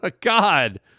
God